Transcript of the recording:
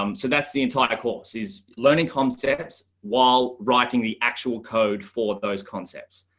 um so that's the entire course is learning concepts while writing the actual code for those concepts.